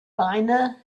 beine